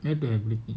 make the booking